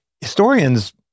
historians